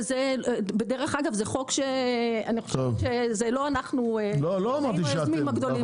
וזה בדרך אגב זה חוק שאני חושבת שלא אנחנו היינו היוזמים הגדולים שלו.